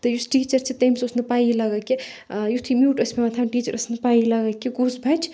تہٕ یُس ٹیٖچَر چھِ تٔمِس ٲسۍ نہٕ پاے لَگان کہِ یِتھُے میوٗٹ اوس پؠوان تھاوُن ٹیٖچر اوس نہٕ پاے لَگان کہِ کُس بَچہِ